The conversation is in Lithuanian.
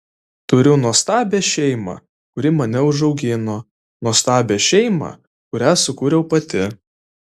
turiu nuostabią šeimą kuri mane užaugino nuostabią šeimą kurią sukūriau pati